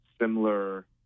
similar